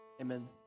amen